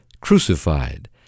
crucified